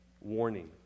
Warning